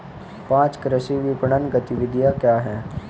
पाँच कृषि विपणन गतिविधियाँ क्या हैं?